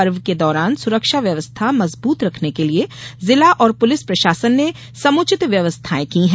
पर्व के दौरान सुरक्षा व्यवस्था मजबूत रखने के लिये जिला और पुलिस प्रशासन ने समुचित व्यवस्थाएं की है